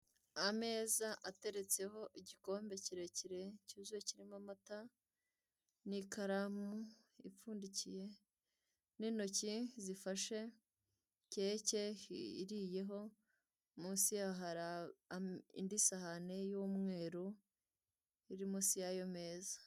Ameza ateretseho igikombe kirekire cyuzuye kirimo amata, n'ikaramu ipfundikiye, n'intoki zifashe keke iriye ho, munsi yaho hari indi sahani y'umweru iri munsi y'ayo meza.